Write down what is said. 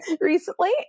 recently